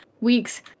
weeks